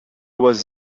was